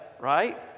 right